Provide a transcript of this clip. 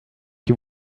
you